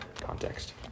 context